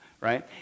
right